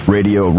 Radio